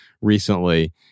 recently